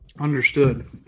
Understood